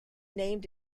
named